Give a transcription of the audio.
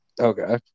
okay